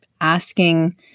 asking